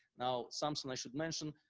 now, something i should mention,